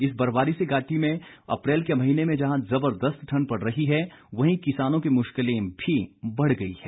इस बर्फबारी से घाटी में अप्रैल के महीने में जहां ज़बरदस्त ठंड पड़ रही है वहीं किसानों की मुश्किलें भी बढ़ गई है